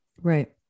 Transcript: Right